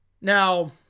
Now